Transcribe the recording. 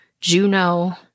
Juno